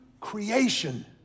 creation